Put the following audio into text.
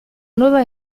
nueva